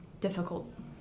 difficult